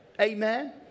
Amen